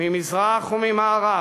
ממזרח וממערב.